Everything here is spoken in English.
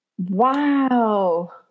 Wow